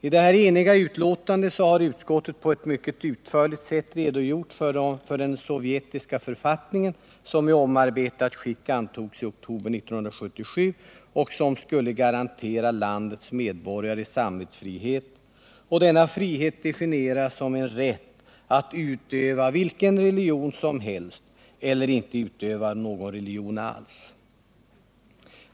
I ett enhälligt utlåtande har utskottet på ett mycket utförligt sätt redogjort för den sovjetiska författningen som i omarbetat skick antogs i oktober 1977 och som skulle garantera landets medborgare samvetsfrihet. Denna frihet definieras som en rätt att utöva vilken religion som helst eller att inte utöva någon religion alls.